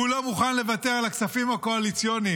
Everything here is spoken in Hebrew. הוא לא מוכן לוותר על הכספים הקואליציוניים.